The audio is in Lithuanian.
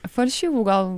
falšyvų gal